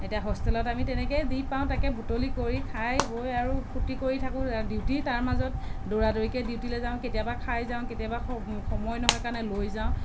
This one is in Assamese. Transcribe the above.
এতিয়া হোষ্টেলত আমি তেনেকে যি পাওঁ তাকে বুটলি কৰি খাই বৈ আৰু ফূৰ্তি কৰি থাকোঁ ডিউটি তাৰ মাজত দৌৰা দৌৰিকে ডিউটিলে যাওঁ কেতিয়াবা খাই যাওঁ কেতিয়াবা সময় নহয় কাৰণে লৈ যাওঁ